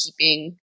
keeping